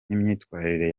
n’imyitwarire